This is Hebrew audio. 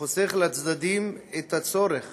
וחוסך לצדדים את הצורך